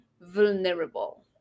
vulnerable